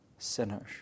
sinners